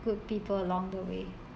good people along the way